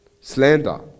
Slander